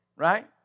Right